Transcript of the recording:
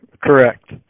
Correct